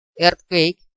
earthquake